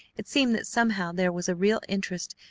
it seemed that somehow there was a real interest,